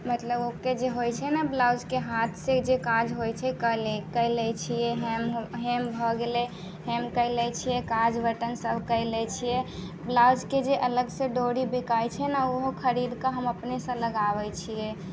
मतलब ओहिके जे होइ छै ने ब्लाउजके हाथ से जे काज होइ छै कै लै छियै हेम हेम भऽ गेलै हेम कऽ लै छियै काज बटम सभ कऽ लै छियै ब्लाउजके जे अलग से डोरी बिकाइ छै ने ओहो खरीदके हम अपने से लगाबै छियै